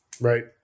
Right